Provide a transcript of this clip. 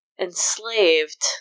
enslaved